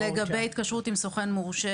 לגבי התקשרות עם סוכן מורשה,